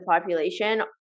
population